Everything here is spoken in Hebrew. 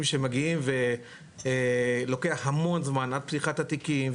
שמגיעים ולוקח המון זמן עד פתיחת התיקים,